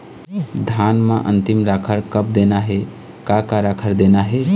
धान बर अन्तिम राखर कब देना हे, का का राखर देना हे?